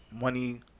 Money